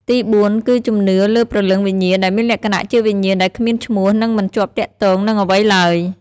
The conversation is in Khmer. ទីបួន គឺជំនឿលើព្រលឹងវិញ្ញាណដែលមានលក្ខណៈជាវិញ្ញាណដែលគ្មានឈ្មោះនិងមិនជាប់ទាក់ទងនឹងអ្វីឡើយ។